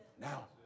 Now